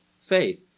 faith